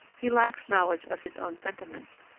he lacks knowledge of his own sentiments.